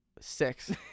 six